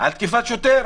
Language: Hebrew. על תקיפת שוטר,